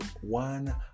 one